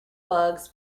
bugs